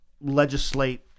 legislate